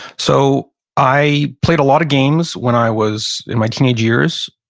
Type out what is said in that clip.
so i played a lot of games when i was in my teenage years,